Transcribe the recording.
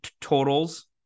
totals